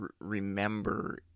remember